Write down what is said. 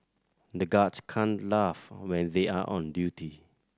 the guards can't laugh when they are on duty